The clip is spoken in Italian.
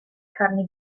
carni